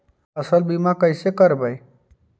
फसल बीमा कैसे करबइ?